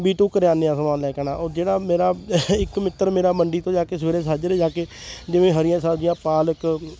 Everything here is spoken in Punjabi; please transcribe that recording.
ਵੀ ਤੂੰ ਕਰਿਆਨੇ ਦਾ ਸਮਾਨ ਲੈ ਕੇ ਆਉਣਾ ਜਿਹੜਾ ਮੇਰਾ ਇੱਕ ਮਿੱਤਰ ਮੇਰਾ ਮੰਡੀ ਤੋਂ ਜਾ ਕੇ ਸਵੇਰੇ ਸਾਜਰੇ ਜਾ ਕੇ ਜਿਵੇਂ ਹਰੀਆਂ ਸਬਜ਼ੀਆਂ ਪਾਲਕ